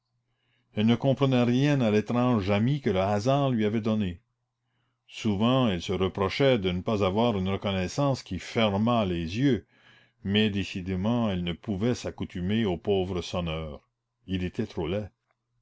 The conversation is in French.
elle ne comprenait rien à l'étrange ami que le hasard lui avait donné souvent elle se reprochait de ne pas avoir une reconnaissance qui fermât les yeux mais décidément elle ne pouvait s'accoutumer au pauvre sonneur il était trop laid